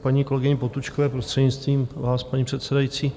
K paní kolegyni Potůčkové, prostřednictvím vás, paní předsedající.